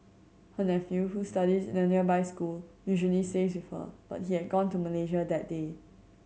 her nephew who studies in a nearby school usually stays with her but he had gone to Malaysia that day